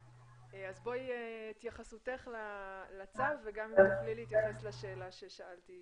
אבקש את התייחסותך הכללית לצו וגם את ההתייחסות לשאלה האם